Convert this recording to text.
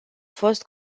fost